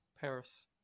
Paris